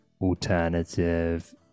alternative